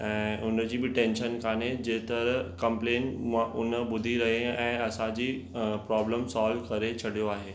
ऐं उन जी बि टेंशन कोन्हे जे त कंप्लेंट मां उन ॿुधी रही ऐं असांजी प्रॉब्लम सोल्व करे छॾियो आहे